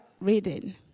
reading